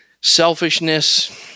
selfishness